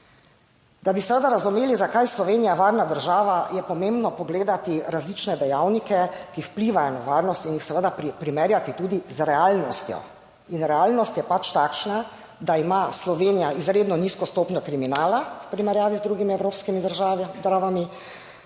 Da bi seveda razumeli, zakaj je Slovenija varna država, je pomembno pogledati različne dejavnike, ki vplivajo na varnost, in jih seveda primerjati tudi z realnostjo. In realnost je pač takšna, da ima Slovenija izredno nizko stopnjo kriminala v primerjavi z drugimi evropskimi državami,